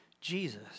Jesus